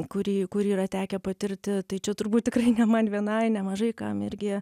kurį kurį yra tekę patirti tai čia turbūt tikrai ne man vienai nemažai kam irgi